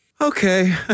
Okay